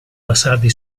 basati